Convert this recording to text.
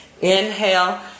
Inhale